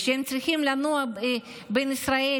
הם צריכים לנוע בין ישראל,